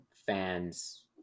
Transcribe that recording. fans